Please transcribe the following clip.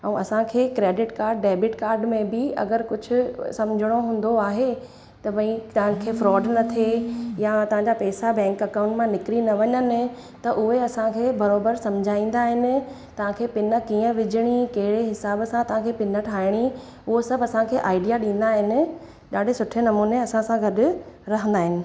ऐं असांखे credit card debit card में बि अगरि कुझु सम्झणो हूंदो आहे त भई तव्हांखे फ्रॉड न थिए या तव्हांजा पेसा बैंक अकाउंट मां निकिरी न वञनि त उहे असांखे बराबरि सम्झाईंदा आहिनि तव्हांखे पिन कीअं विझणी कहिड़े हिसाब सां तव्हांखे पिन ठाहिणी उहो सभु असांखे आइडिया ॾींदा आहिनि ॾाढे सुठे नमूने असां सां गॾु रहंदा आहिनि